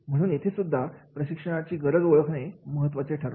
म्हणून येथे सुद्धा प्रशिक्षणाची गरज ओळखणे हे महत्त्वाचे ठरते